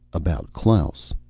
about klaus.